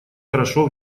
хорошо